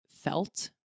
felt